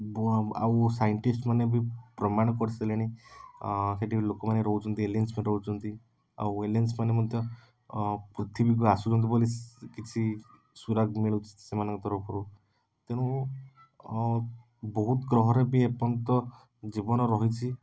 ବୁଆଁ ଆଉ ସାଇଣ୍ଟିଷ୍ଟ୍ ମାନେ ବି ପ୍ରମାଣ କରି ସାରିଲେଣି ସେଇଠି ଲୋକମାନେ ରହୁଛନ୍ତି ଏଲିଏନ୍ସ ବି ରହୁଛନ୍ତି ଆଉ ଏଲିଏନ୍ସମାନେ ମଧ୍ୟ ପୃଥିବୀକୁ ଆସୁଛନ୍ତି ବୋଲି ସି କିଛି ସୁରାଗ ମିଳୁଛି ସେମାନଙ୍କ ତରଫରୁ ତେଣୁ ବହୁତ ଗ୍ରହରେ ବି ଏପର୍ଯ୍ୟନ୍ତ ଜୀବନ ରହିଛି